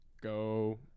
go